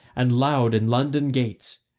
and loud in london gates,